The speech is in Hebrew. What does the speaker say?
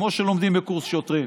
כמו שלומדים בקורס שוטרים.